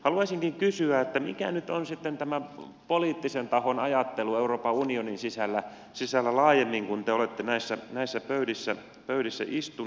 haluaisinkin kysyä mikä nyt on sitten tämän poliittisen tahon ajattelu euroopan unionin sisällä laajemmin kun te olette näissä pöydissä istunut